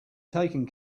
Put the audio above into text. taken